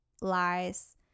lies